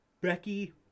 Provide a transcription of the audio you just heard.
Becky